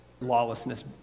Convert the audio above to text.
lawlessness